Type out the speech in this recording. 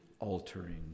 altering